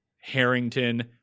Harrington